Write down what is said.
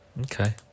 Okay